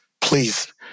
Please